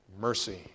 mercy